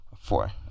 Four